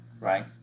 right